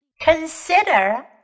Consider